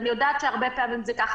ואני יודעת שהרבה פעמים זה כך.